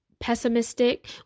pessimistic